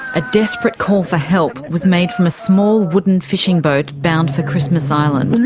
a desperate call for help was made from a small wooden fishing boat bound for christmas island.